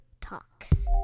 Talks